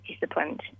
disciplined